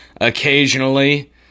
Occasionally